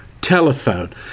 telephone